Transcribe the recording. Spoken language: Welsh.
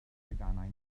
theganau